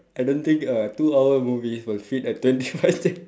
I don't think a two hour movie will fit a twenty five sec